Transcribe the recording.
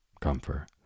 comfort